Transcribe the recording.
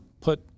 put